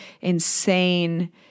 insane